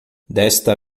desta